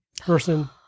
person